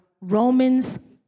Romans